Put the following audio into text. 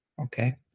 Okay